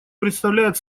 представляет